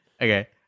Okay